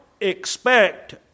expect